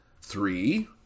Three